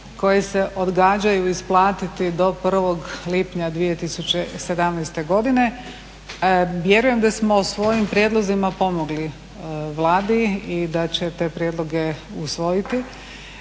koje se odgađaju isplatiti do 1. lipnja 2017. godine. Vjerujem da smo svojim prijedlozima pomogli Vladi i da će te prijedloge usvojiti.